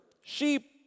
Sheep